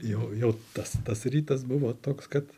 jo jau tas tas rytas buvo toks kad